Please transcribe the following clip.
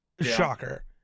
shocker